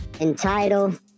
entitled